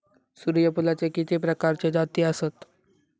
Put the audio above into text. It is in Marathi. सूर्यफूलाचे किती प्रकारचे जाती आसत?